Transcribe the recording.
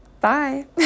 bye